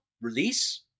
release